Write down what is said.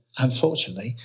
unfortunately